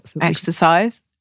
Exercise